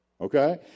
Okay